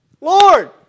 Lord